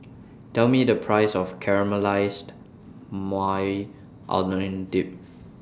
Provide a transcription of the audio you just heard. Tell Me The priceS of Caramelized Maui Onion Dip